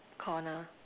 corner